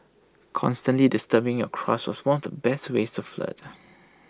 constantly disturbing your crush was one of the best ways to flirt